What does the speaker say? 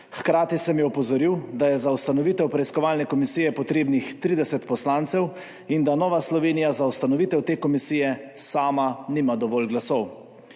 Hkrati sem jo opozoril, da je za ustanovitev preiskovalne komisije potrebnih 30 poslancev in da Nova Slovenija za ustanovitev te komisije sama nima dovolj glasov.